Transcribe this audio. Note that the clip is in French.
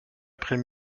après